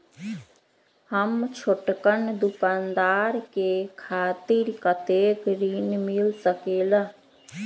हम छोटकन दुकानदार के खातीर कतेक ऋण मिल सकेला?